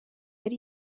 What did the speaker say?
ari